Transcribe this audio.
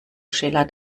schiller